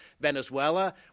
Venezuela